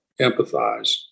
empathize